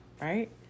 right